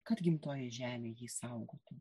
kad gimtoji žemė jį saugotų